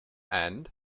and